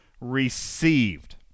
received